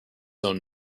own